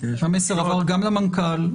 המסר עבר גם למנכ"ל,